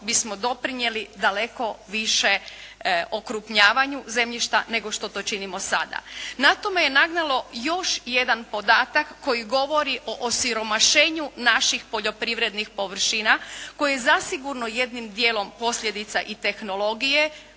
bismo doprinijeli daleko više okrupnjavanju zemljišta nego što to činimo sada. Na to me je nagnalo još jedan podatak koji govori o osiromašenju naših poljoprivrednih površina koje je, zasigurno, jednim dijelom posljedica i tehnologije